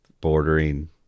bordering